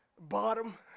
bottom